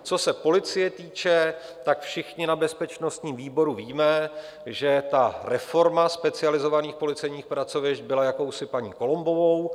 Co se policie týče, všichni na bezpečnostním výboru víme, že reforma specializovaných policejních pracovišť byla jakousi paní Columbovou.